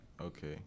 okay